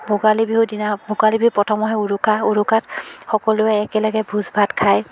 ভোগালী বিহুৰ দিনা ভোগালী বিহুৰ প্ৰথম আহে উৰুকা উৰুকাত সকলোৱে একেলগে ভোজ ভাত খায়